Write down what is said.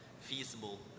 feasible